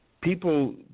People